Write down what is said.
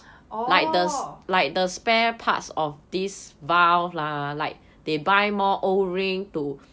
orh